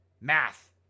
math